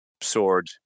sword